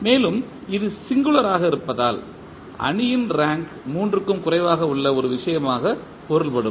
மேலும் இது சிங்குளர் ஆக இருப்பதால் அணியின் ரேங்க் 3 க்கும் குறைவாக உள்ள ஒரு விஷயமாக பொருள்படும்